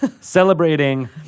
Celebrating